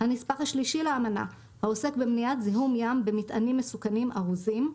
הנספח השלישי לאמנה העוסק במניעת זיהום ים במטענים מסוכנים ארוזים,